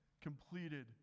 completed